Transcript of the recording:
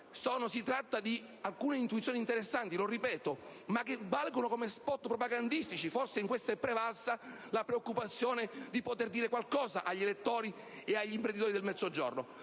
Si tratta di alcune intuizioni interessanti, che valgono però come *spot* propagandistici, perché, forse, è prevalsa la preoccupazione di poter dire qualcosa agli elettori e agli imprenditori del Mezzogiorno.